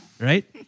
right